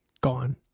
gone